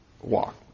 walk